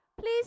please